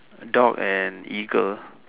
dog and eagle